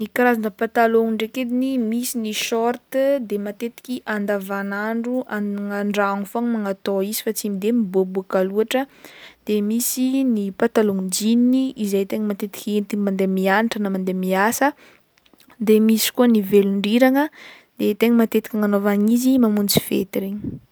Ny karazagna patalôgno ndraiky ediny misy ny short de matetiky andavanandro an- andragno fogna magnatao izy fa tsy de miboaboaka loatra de misy ny patalôgno jeans i izay tegna matetiky ihentigny mandeha mianatra na mandeha miasa de misy koa ny velondriragna de tegna matetiky agnanaovagna izy mamonjy fety regny.